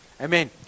Amen